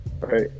right